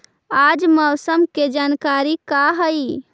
आज मौसम के जानकारी का हई?